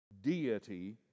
Deity